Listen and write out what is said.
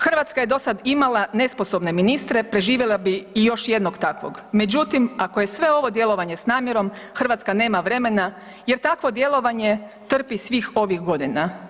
Hrvatska je do sad imala nesposobne ministre, preživjela bi i još jednog takvog, međutim ako je sve ovo djelovanje s namjerom Hrvatska nema vremena jer takvo djelovanje trpi svih ovih godina.